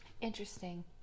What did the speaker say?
interesting